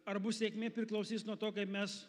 ar bus sėkmė priklausys nuo to kaip mes